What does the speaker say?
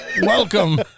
welcome